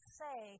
say